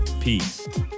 Peace